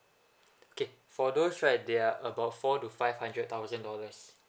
okay for those right they are about four to five hundred thousand dollars